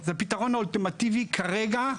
זה הפתרון האולטימטיבי כרגע,